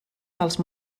dels